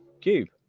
Cube